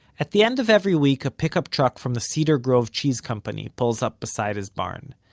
at the end of every week a pickup truck from the cedar grove cheese company pulls up beside his barn,